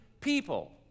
people